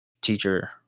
teacher